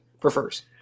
prefers